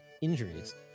injuries